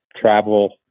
travel